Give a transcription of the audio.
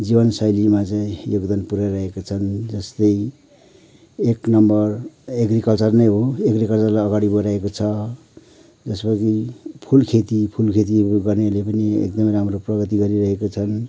जीवन शैलीमा चाहिँ योगदान पुर्याइरहेका छन् जस्तै एक नम्बर एग्रिकल्चर नै हो एग्रिकल्चरलाई अगाडि बढाएको छ जसमा चाहिँ फुल खेती फुल खेतीहरू गर्नेले पनि एकदमे राम्रो प्रगति गरिरहेको छन्